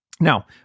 Now